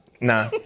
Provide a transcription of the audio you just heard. nah